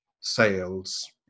sales